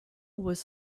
was